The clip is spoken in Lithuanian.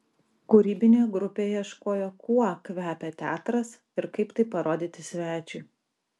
kūrybinė grupė ieškojo kuo kvepia teatras ir kaip tai parodyti svečiui